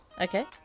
Okay